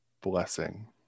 blessing